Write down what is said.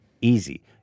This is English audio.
Easy